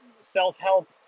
self-help